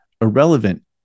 irrelevant